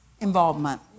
involvement